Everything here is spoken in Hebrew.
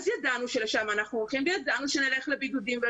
אז ידענו שלשם אנחנו הולכים וידענו שנלך לבידודים.